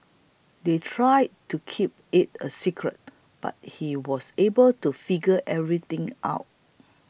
they tried to keep it a secret but he was able to figure everything out